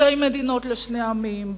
שתי מדינות לשני עמים,